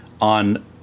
on